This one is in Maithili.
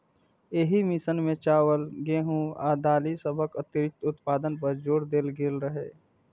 एहि मिशन मे चावल, गेहूं आ दालि सभक अतिरिक्त उत्पादन पर जोर देल गेल रहै